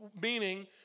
meaning